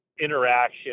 interaction